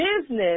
business